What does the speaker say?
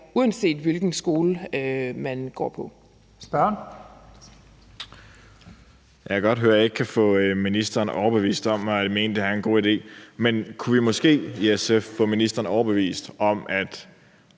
Mads Olsen (SF): Jeg kan godt høre, at jeg ikke kan få ministeren overbevist om at mene, at det her er en god idé. Men kunne vi i SF måske få ministeren overbevist om at